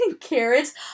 carrots